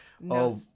No